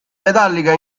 metallica